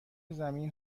زمین